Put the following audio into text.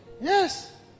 Yes